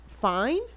fine